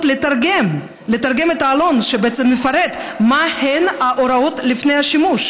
לתרגם את העלון שמפרט מהן ההוראות לפני השימוש?